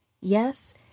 Yes